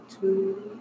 two